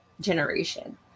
generation